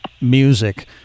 music